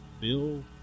Bill